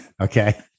Okay